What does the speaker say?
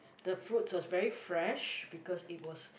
the fruit was very fresh because it was